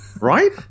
right